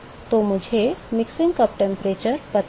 तो मुझे mixing cup का तापमान पता है